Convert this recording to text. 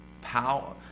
power